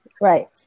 right